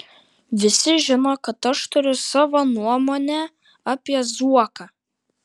visi žino kad aš turiu savo nuomonę apie zuoką